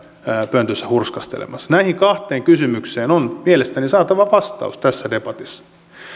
pöntössä hurskastelemassa näihin kahteen kysymykseen on mielestäni saatava vastaus tässä debatissa